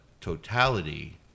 Totality